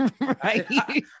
Right